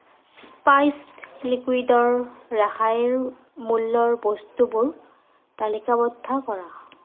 spice লিকুইডৰ ৰেহাইৰ মূল্যৰ বস্তুবোৰ তালিকাবদ্ধ কৰা